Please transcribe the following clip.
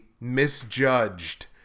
misjudged